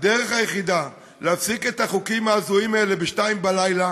הדרך היחידה להפסיק את החוקים ההזויים האלה בשתיים בלילה